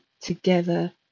together